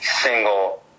single